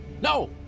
No